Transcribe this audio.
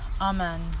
Amen